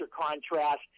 contrast